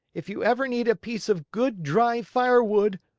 if you ever need a piece of good dry firewood,